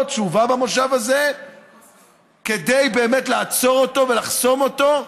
שהובא במושב הזה כדי באמת לעצור אותו ולחסום אותו,